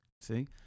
See